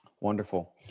Wonderful